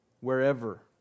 wherever